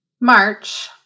March